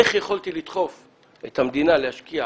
איך יכולתי לדחוף את המדינה להשקיע